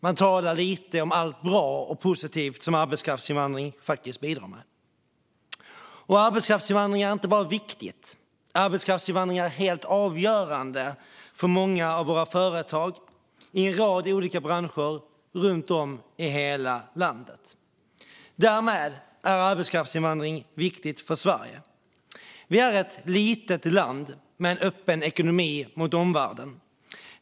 Man talar väldigt lite om allt bra och positivt som arbetskraftsinvandring faktiskt bidrar med. Arbetskraftsinvandring är inte bara viktigt, utan arbetskraftsinvandring är helt avgörande för många av våra företag i en rad olika branscher runt om i hela landet. Därmed är arbetskraftsinvandring viktigt för Sverige. Vi är ett litet land med en ekonomi som är öppen mot omvärlden.